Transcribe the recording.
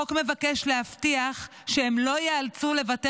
החוק מבקש להבטיח שהם לא ייאלצו לוותר